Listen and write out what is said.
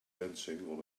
dancing